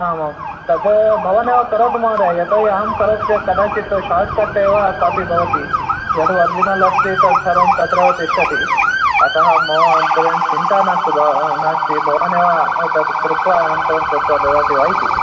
आम् आं तद् भवानेव करोतु महोदय यतः अहं करोमि चेत् कदाचित् शार्ट्कट् एव कापि भवति यद्ओरिजिनल् अस्ति तत् सर्वं तत्रैव तिष्ठति अतः मम अन्तरे चिन्ता नास्तु ब नास्ति भवानेव तद् कृत्वा अनन्तरं कृत्वा ददाति वा इति